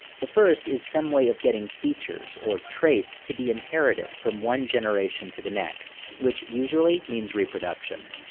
the first is some way of getting features, or traits, to be inherited from one generation to the next, which usually means reproduction.